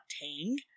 Tang